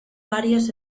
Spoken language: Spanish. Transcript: varios